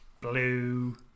blue